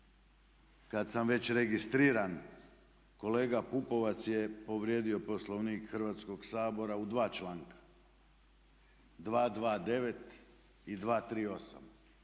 Kad sam već registriran kolega Pupovac je povrijedio Poslovnik Hrvatskog sabora u dva članka 229. i 238.